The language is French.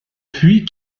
puits